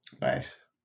Nice